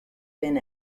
been